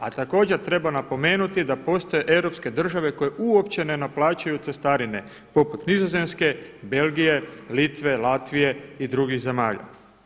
A također treba napomenuti da postoje europske države koje uopće ne naplaćuju cestarine, poput Nizozemske, Belgije, Litve, Latvije i drugih zemalja.